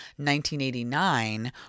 1989